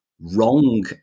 wrong